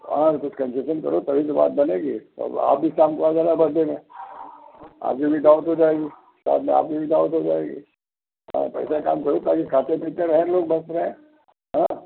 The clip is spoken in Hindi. और कुछ कंसेसन करो तभी तो बात बनेगी और आप भी शाम को आ जाना बर्डे में आज मेरी दावत हो जाएगी साथ में आपकी भी दावत हो जाएगी आप ऐसा काम करो ताकि खाते पीते रहें लोग मस्त रहें हाँ